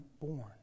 born